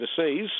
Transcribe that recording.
overseas